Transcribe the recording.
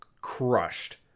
crushed